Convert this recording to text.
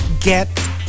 get